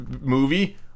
movie